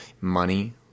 money